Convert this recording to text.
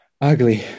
ugly